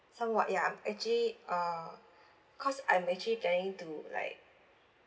somewhat ya actually uh cause I'm actually planning to like